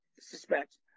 suspect